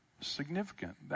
significant